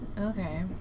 Okay